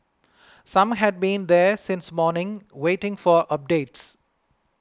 some had been there since morning waiting for updates